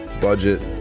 budget